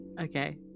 Okay